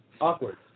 Awkward